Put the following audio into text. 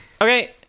Okay